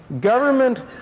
government